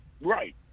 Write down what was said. Right